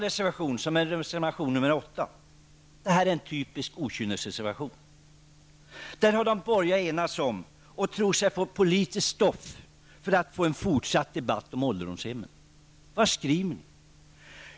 Reservation nr 8 är en typisk okynnesreservation, som de borgerliga enats om och tror sig få politiskt stoff av för en fortsatt debatt om ålderdomshemmen. Vad skriver de?